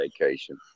vacation